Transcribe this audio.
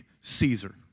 Caesar